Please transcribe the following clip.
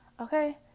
Okay